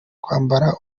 kwambara